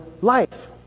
life